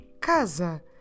casa